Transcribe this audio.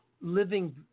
living